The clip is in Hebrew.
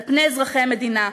על פני אזרחי המדינה,